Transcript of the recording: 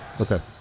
Okay